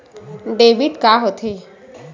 Debit का होथे?